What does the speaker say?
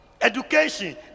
Education